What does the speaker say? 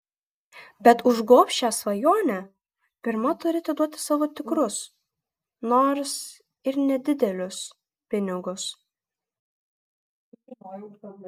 bet už gobšią svajonę pirma turi atiduoti savo tikrus nors ir nedidelius pinigus